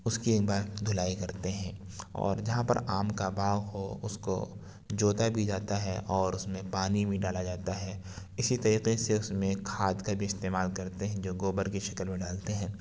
اُس کی ایک بار دھلائی کرتے ہیں اور جہاں پر آم کا باغ ہو اُس کو جوتا بھی جاتا ہے اور اُس میں پانی بھی ڈالا جاتا ہے اِسی طریقے سے اُس میں کھاد کا بھی استعمال کرتے ہیں جو گوبر کی شکل میں ڈالتے ہیں